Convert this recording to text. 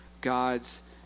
God's